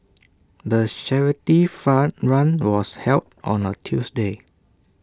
the charity fun run was held on A Tuesday